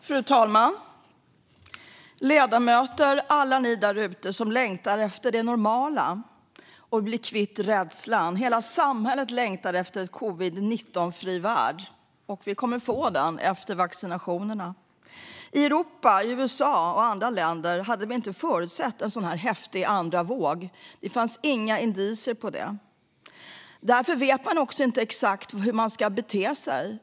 Fru talman, ledamöter och alla ni där ute som längtar efter det normala och att bli kvitt rädslan! Hela samhället längtar efter en covid-19-fri värld, och vi kommer att få det efter vaccinationerna. I Europa, i USA och på andra platser hade man inte förutsett en sådan här häftig andra våg. Det fanns inga indicier på det. Därför vet vi inte exakt hur vi ska bete oss.